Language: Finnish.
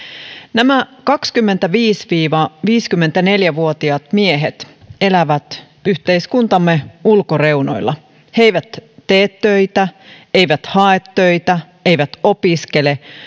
nämä kaksikymmentäviisi viiva viisikymmentäneljä vuotiaat miehet elävät yhteiskuntamme ulkoreunoilla he eivät tee töitä eivät hae töitä eivät opiskele